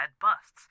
busts